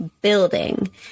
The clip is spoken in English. building